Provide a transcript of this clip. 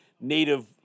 Native